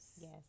yes